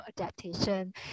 adaptation